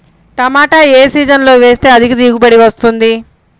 టమాటా ఏ సీజన్లో వేస్తే అధిక దిగుబడి వస్తుంది?